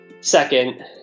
second